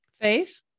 Faith